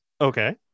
Okay